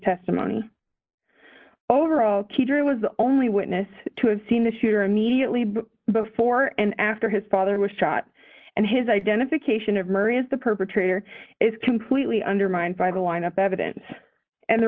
testimony overall keiter was the only witness to have seen the shooter immediately but before and after his father was shot and his identification of murder is the perpetrator is completely undermined by the lineup evidence and the